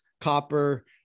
copper